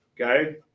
Okay